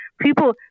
People